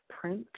print